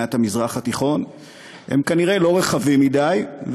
ובהבנת המזרח התיכון הם כנראה לא רחבים מדי,